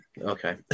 okay